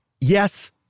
yes